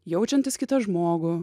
jaučiantis kitą žmogų